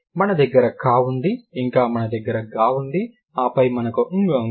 మన దగ్గర క ఉంది ఇంకా మన దగ్గర గ ఉంది ఆపై మనకు ng ఉంటుంది